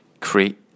create